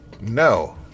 No